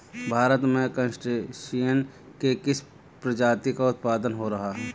भारत में क्रस्टेशियंस के किस प्रजाति का उत्पादन हो रहा है?